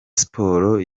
sport